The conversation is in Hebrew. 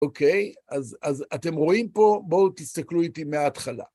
אוקיי? אז אתם רואים פה, בואו תסתכלו איתי מההתחלה.